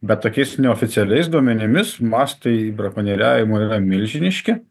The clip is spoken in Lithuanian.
bet tokiais neoficialiais duomenimis mastai brakonieriavimo yra milžiniški